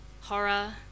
horror